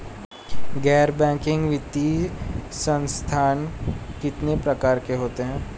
गैर बैंकिंग वित्तीय संस्थान कितने प्रकार के होते हैं?